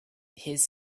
his